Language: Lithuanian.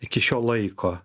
iki šio laiko